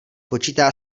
počítá